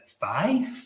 five